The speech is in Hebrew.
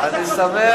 למה